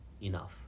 enough